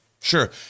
sure